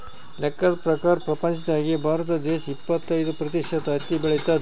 ಲೆಕ್ಕದ್ ಪ್ರಕಾರ್ ಪ್ರಪಂಚ್ದಾಗೆ ಭಾರತ ದೇಶ್ ಇಪ್ಪತ್ತೈದ್ ಪ್ರತಿಷತ್ ಹತ್ತಿ ಬೆಳಿತದ್